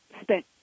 spent